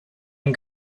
and